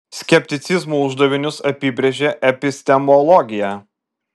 skepticizmo uždavinius apibrėžia epistemologija